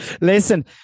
Listen